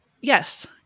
Yes